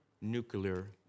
nuclear